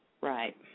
Right